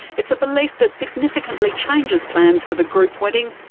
it's a belief that significantly changes plans for the group wedding,